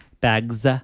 bags